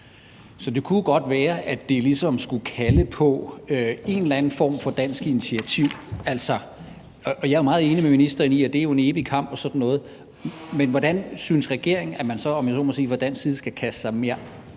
Så det kunne jo godt være, at det ligesom skulle kalde på en eller anden form for dansk initiativ. Jeg er meget enig med ministeren i, at det er en evig kamp og sådan noget, men hvordan synes regeringen så – om jeg så må sige – at man fra